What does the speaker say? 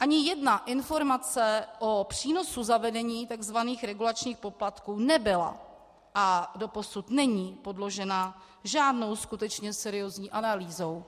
Ani jedna informace o přínosu zavedení tzv. regulačních poplatků nebyla a doposud není podložena žádnou skutečně seriózní analýzou.